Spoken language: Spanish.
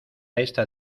esta